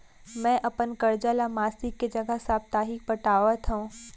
मै अपन कर्जा ला मासिक के जगह साप्ताहिक पटावत हव